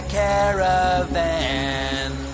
caravan